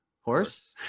horse